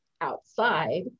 outside